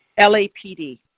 LAPD